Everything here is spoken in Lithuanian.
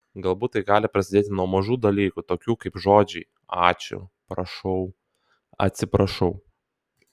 galbūt tai gali prasidėti nuo mažų dalykų tokių kaip žodžiai ačiū prašau atsiprašau